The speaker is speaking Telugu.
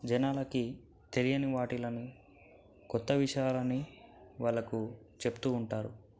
జనాలకి తెలియని వాటిలనూ కొత్త విషయాలని వాళ్ళకు చెప్తూ ఉంటారు